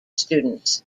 students